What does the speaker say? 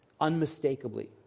unmistakably